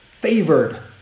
favored